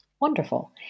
Wonderful